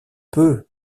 peu